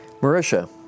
Marisha